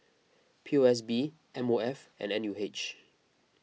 P O S B M O F and N U H